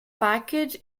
package